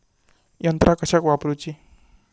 यंत्रा कशाक वापुरूची?